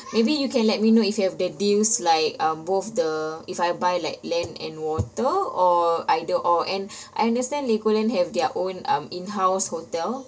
maybe you can let me know if you have the deals like um both the if I buy like land and water or either or and I understand legoland have their own um in-house hotel